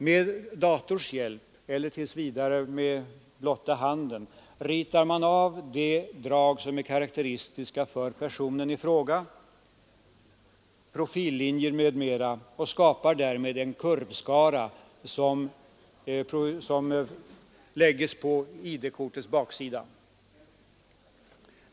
Med dators hjälp eller — tills vidare — för hand ritar man av de drag som är karakteristiska för personen i fråga, profillinjer, m.m., och skapar därigenom en kurvskara som läggs på ID-kortets baksida.